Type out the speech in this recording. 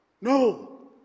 No